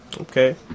Okay